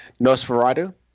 Nosferatu